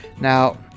Now